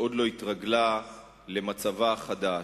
שעוד לא התרגלה למצבה החדש,